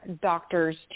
doctors